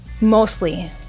mostly